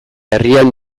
herrian